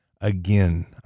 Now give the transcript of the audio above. again